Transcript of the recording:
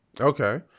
okay